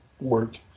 work